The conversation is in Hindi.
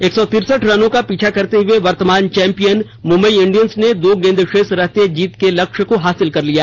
एक सौ तिरसठ रनों का पीछा करते हुए वर्तमान चौंपियन मुंबई इंडियंस ने दो गेंदों शेष रहते जीत के लक्ष्य को हासिल कर लिया